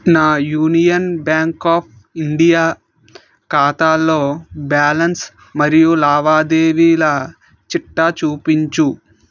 నా union bank of India ఖాతాలో balance మరియు లావాదేవీల చిట్టా చూపించు